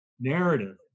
narrative